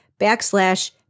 backslash